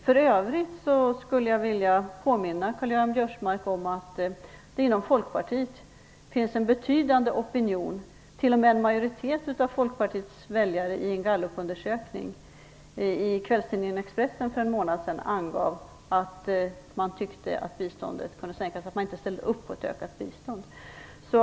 För övrigt vill jag påminna Karl-Göran Biörsmark om att det inom Folkpartiet finns en betydande opinion - t.o.m. en majoritet av Folkpartiets väljare enligt en Gallupundersökning i kvällstidningen Expressen för en månad sedan - för att biståndet kunde sänkas. Man ställde inte upp på ett ökat bistånd.